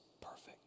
perfect